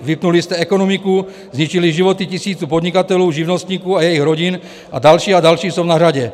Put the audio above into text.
Vypnuli jste ekonomiku, zničili životy tisíců podnikatelů, živnostníků a jejich rodin a další a další jsou na řadě.